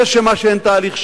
היא אשמה שאין תהליך שלום,